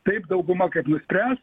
taip dauguma kaip nuspręs